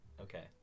Okay